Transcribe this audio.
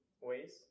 ways